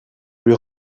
lui